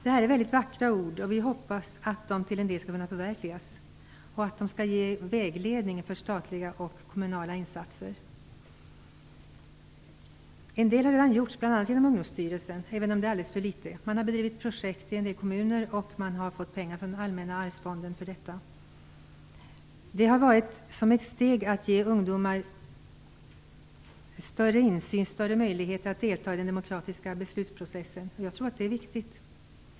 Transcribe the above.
Det här är väldigt vackra ord. Jag hoppas att de till en del skall kunna förverkligas och att de skall ge vägledning för statliga och kommunala insatser. En del har redan gjorts, bl.a. genom Ungdomsstyrelsen, men det är alldeles för litet. Man har bedrivit projekt i en del kommuner och har fått pengar från Allmänna arvsfonden för detta. Det har varit ett steg att ge ungdomar större insyn och möjligheter att delta i den demokratiska beslutsprocessen. Jag tror att det är viktigt.